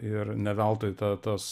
ir ne veltui ta tas